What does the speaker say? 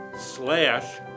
slash